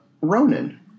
Ronan